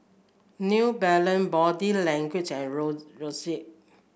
New Balance Body Language and Roxy